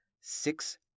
six